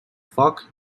foc